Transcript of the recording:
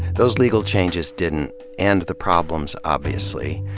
those legal changes didn't end the problems, obviously,